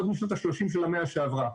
עוד משנות השלושים של המאה שעברה.